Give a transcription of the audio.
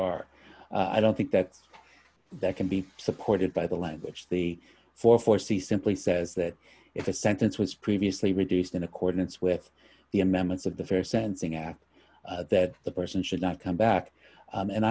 are i don't think that that can be supported by the language the four foresee simply says that if a sentence was previously reduced in accordance with the amendments of the very sensing act that the person should not come back